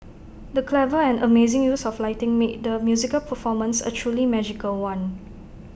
the clever and amazing use of lighting made the musical performance A truly magical one